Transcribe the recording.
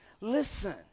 Listen